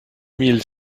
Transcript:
mille